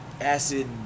acid